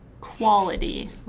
quality